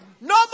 No